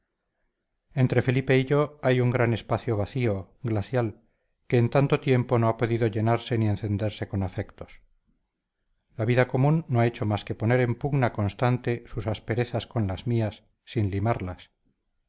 entre felipe y yo hay un gran espacio vacío glacial que en tanto tiempo no ha podido llenarse ni encenderse con afectos la vida común no ha hecho más que poner en pugna constante sus asperezas con las mías sin limarlas